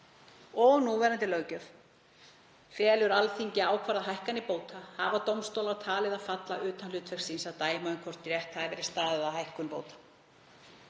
og núverandi löggjöf felur Alþingi að ákvarða hækkanir bóta, hafa dómstólar talið það falla utan hlutverks síns að dæma um hvort rétt hafi verið staðið að hækkun bóta.